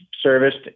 serviced